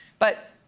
but